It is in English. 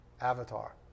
avatar